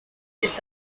ist